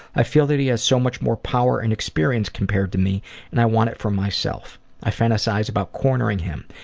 i feel that he has so much more power and experience compared to me and i want it for myself. i fantasize about cornering him,